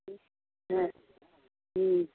ம் ஆ ம்